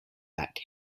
that